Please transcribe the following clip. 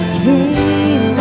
came